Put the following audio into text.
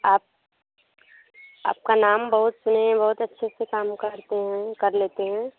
आप आपका नाम बहुत सुने हैं बहुत अच्छे से काम करते हैं कर लेते हैं